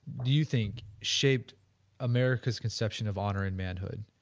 do you think, shape america's conception of honor in manhood?